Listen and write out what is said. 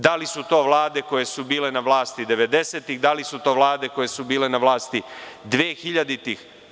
Da li su to Vlade koje su bile na vlasti devedesetih, da li su to Vlade koje su bile na vlasti dvehiljaditih?